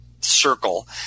circle